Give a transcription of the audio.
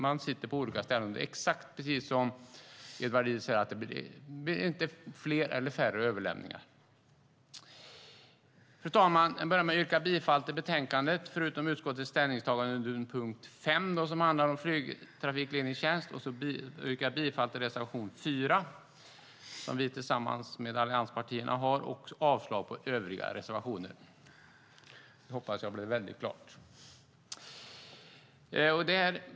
De sitter på olika ställen. Det är precis som Edward Riedl säger, det vill säga att det är inte fler eller färre överlämningar. Fru talman! Jag yrkar bifall till förslaget i betänkandet förutom utskottets ställningstagande under punkt 5, flygtrafikledningstjänst, där jag yrkar bifall till reservation 4, som vi har tillsammans med allianspartierna, och avslag på övriga reservationer.